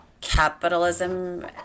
capitalism